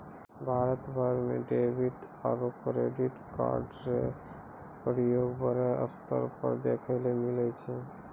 भारत भर म डेबिट आरू क्रेडिट कार्डो र प्रयोग बड़ो स्तर पर देखय ल मिलै छै